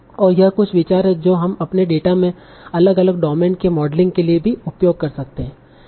और यह कुछ विचार है जो हम अपने डेटा में अलग अलग डोमेन के मॉडलिंग के लिए भी उपयोग कर सकते हैं